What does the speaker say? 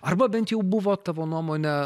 arba bent jau buvo tavo nuomone